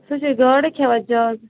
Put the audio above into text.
سُہ چھُ گاڈٕ کھٮ۪وان زیادٕ